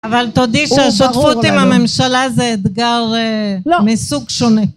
אבל תודי שהשותפות עם הממשלה זה אתגר מסוג שונה.